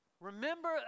Remember